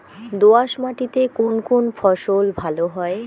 দোঁয়াশ মাটিতে কোন কোন ফসল ভালো হয়?